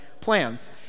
plans